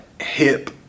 hip